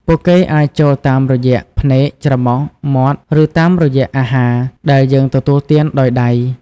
ពួកគេអាចចូលតាមរយៈ ភ្នែក ច្រមុះ មាត់ ឬតាមរយៈ អាហារ ដែលយើងទទួលទានដោយដៃ។